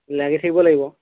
লাগি থাকিব লাগিব